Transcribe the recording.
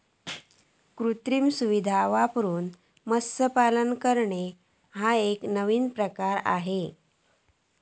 कृत्रिम सुविधां वापरून मत्स्यपालन करना ह्यो एक नवीन प्रकार आआसा हे